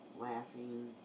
laughing